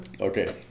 okay